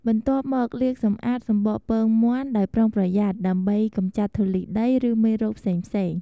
បន្ទាប់មក លាងសម្អាតសំបកពងមាន់ដោយប្រុងប្រយ័ត្ន ដើម្បីកម្ចាត់ធូលីដី ឬមេរោគផ្សេងៗ។